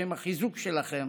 שהם החיזוק שלכם